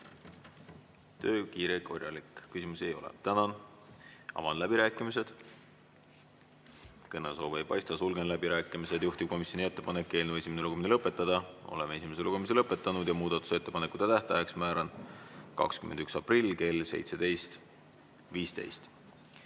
Töö kiire ja korralik. Küsimusi ei ole. Tänan! Avan läbirääkimised. Kõnesoove ei paista, sulgen läbirääkimised. Juhtivkomisjoni ettepanek on eelnõu esimene lugemine lõpetada. Oleme esimese lugemise lõpetanud. Muudatusettepanekute esitamise tähtajaks määran 21. aprilli kell 17.15.